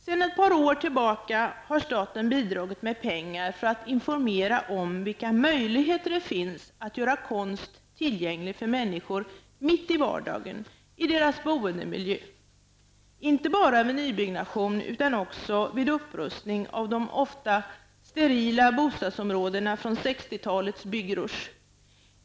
Sedan ett par år tillbaka har staten bidragit med pengar för att informera om vilka möjligheter det finns att göra konst tillgänglig för människor mitt i vardagen i deras boendemiljö, inte bara vid nybyggnader utan också vid upprustning av de ofta sterila bostadsområdena från 60-talets byggrusch.